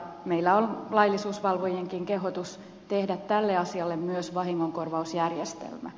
meillä on laillisuusvalvojienkin kehotus tehdä tälle asialle myös vahingonkorvausjärjestelmä